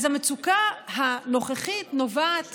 אז המצוקה הנוכחית נובעת